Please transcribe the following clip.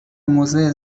موضع